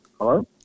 Hello